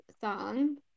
song